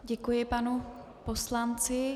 Děkuji panu poslanci.